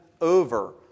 over